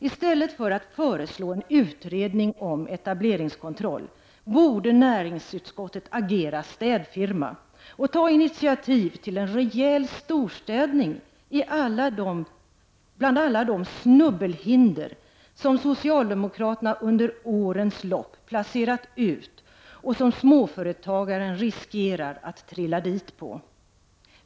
I stället för att föreslå en utredning om etableringskontroll borde näringsutskottet agera städfirma och ta initiativ till en rejäl storstädning bland alla de snubbelhinder som socialdemokraterna under årens lopp placerat ut och som småföretagaren riskerar att trilla dit på.